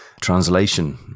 translation